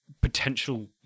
potential